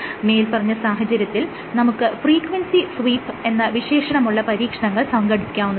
മേല്പറഞ്ഞ സാഹചര്യത്തിൽ നമുക്ക് ഫ്രീക്വൻസി സ്വീപ്പ് എന്ന വിശേഷണമുള്ള പരീക്ഷണങ്ങൾ സംഘടിപ്പിക്കാവുന്നതാണ്